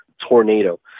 tornado